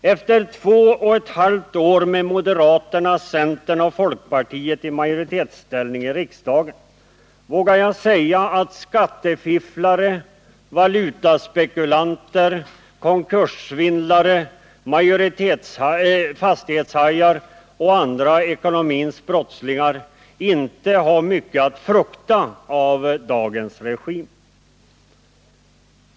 Efter två och ett halvt år med moderaterna, centern och folkpartiet i majoritetsställning i riksdagen vågar jag säga att skattefifflare, valutaspekulanter, konkurssvindlare, fastighetshajar och andra ekonomins brottslingar inte har mycket att frukta av denna regim.